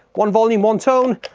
one volume one tone,